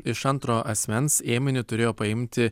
iš antro asmens ėminį turėjo paimti